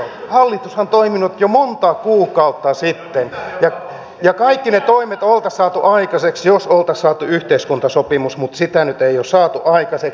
hallitushan on toiminut jo monta kuukautta sitten ja kaikki ne toimet oltaisiin saatu aikaiseksi jos oltaisiin saatu yhteiskuntasopimus mutta sitä nyt ei ole saatu aikaiseksi